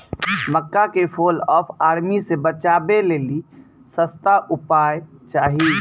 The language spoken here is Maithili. मक्का के फॉल ऑफ आर्मी से बचाबै लेली सस्ता उपाय चाहिए?